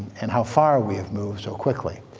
and how far we have moved so quickly.